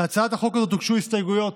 להצעת החוק הזאת הוגשו הסתייגויות,